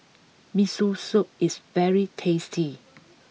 Miso Soup is very tasty